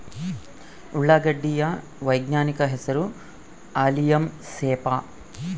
ಉಳ್ಳಾಗಡ್ಡಿ ಯ ವೈಜ್ಞಾನಿಕ ಹೆಸರು ಅಲಿಯಂ ಸೆಪಾ